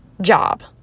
job